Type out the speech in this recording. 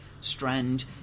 strand